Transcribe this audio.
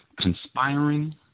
conspiring